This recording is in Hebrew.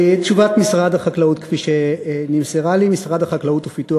תשובת משרד החקלאות כפי שנמסרה לי: משרד החקלאות ופיתוח